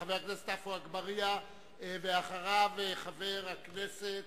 חבר הכנסת עפו אגבאריה, ואחריו, חבר הכנסת